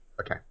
Okay